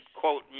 quote